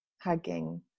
hugging